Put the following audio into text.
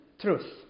truth